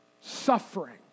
suffering